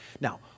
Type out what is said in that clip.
Now